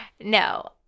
no